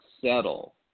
settle